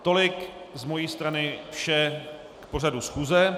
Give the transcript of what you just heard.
Tolik z mojí strany vše k pořadu schůze.